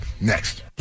next